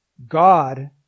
God